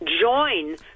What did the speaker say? join